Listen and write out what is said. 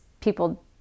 people